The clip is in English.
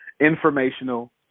Informational